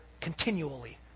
continually